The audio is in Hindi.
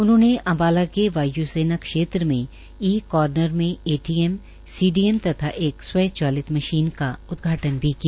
उन्होंने अम्बाला के वाय्सेना क्षेत्र मे ई कार्नल में एमटीएम सीडीएम तथा एक स्वैचलित मशीन का उदधाटन भी किया